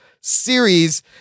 series